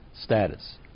status